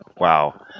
Wow